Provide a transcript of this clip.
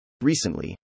Recently